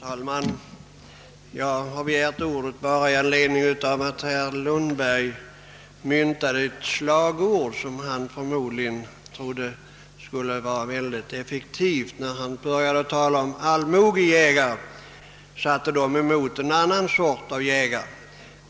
Herr talman! Jag har begärt ordet i anledning av att herr Lundberg myn tade ett slagord, som han förmodligen trodde skulle vara effektivt. Han talade om »allmogejägare» och ställde dem mot en annan sort av jägare.